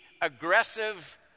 aggressive